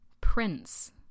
Prince